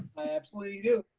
i absolutely do.